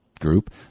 group